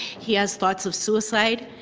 he has thoughts of suicide,